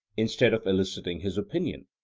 instead of eliciting his opinion.